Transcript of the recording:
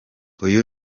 uyu